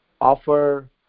offer